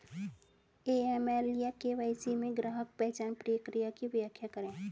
AML या KYC में ग्राहक पहचान प्रक्रिया की व्याख्या करें?